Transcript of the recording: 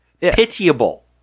pitiable